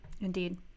indeed